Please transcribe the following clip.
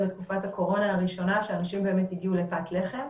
בתקופת הקורונה הראשונה שאנשים באמת הגיעו לפת לחם.